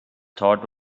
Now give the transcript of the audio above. thought